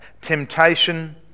temptation